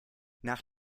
nach